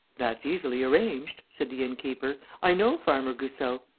that's easily arranged, said the inn-keeper. i know farmer goussot.